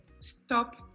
Stop